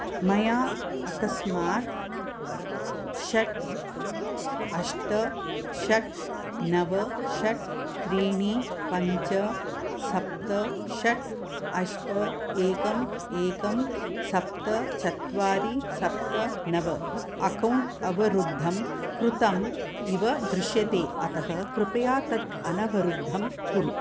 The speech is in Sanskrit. मया अकस्मात् षट् अष्ट षट् नव षट् त्रीणि पञ्च सप्त षट् अष्ट एकं एकं सप्त चत्वारि सप्त नव अकौण्ट् अवरुद्धं कृतम् इव दृश्यते अतः कृपया तत् अनवरुद्धं कुरु